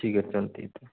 ठीक आहे चालतं आहे तर